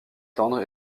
tendre